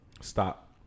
Stop